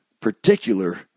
particular